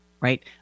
Right